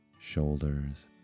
shoulders